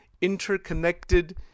Interconnected